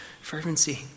fervency